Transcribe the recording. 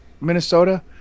Minnesota